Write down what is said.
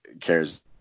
cares